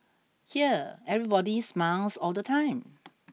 here everybody smiles all the time